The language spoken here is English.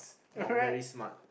not very smart